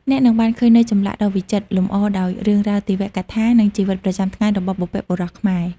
អ្នកនឹងបានឃើញនូវចម្លាក់ដ៏វិចិត្រ លម្អដោយរឿងរ៉ាវទេវកថា និងជីវិតប្រចាំថ្ងៃរបស់បុព្វបុរសខ្មែរ។